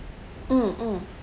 um